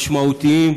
משמעותיים,